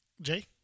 Jay